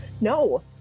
no